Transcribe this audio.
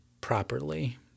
properly –